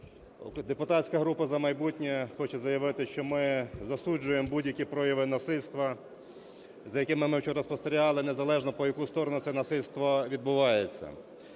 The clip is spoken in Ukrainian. Депутатська група "За майбутнє" хоче заявити, що ми засуджуємо будь-які прояви насильства, за якими ми вчора спостерігали, незалежно по яку сторону це насильство відбувається.